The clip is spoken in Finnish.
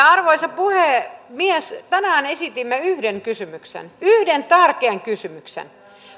arvoisa puhemies tänään esitimme yhden kysymyksen yhden tärkeän kysymyksen